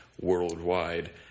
worldwide